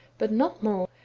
but not more,